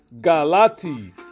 galati